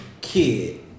kid